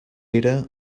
era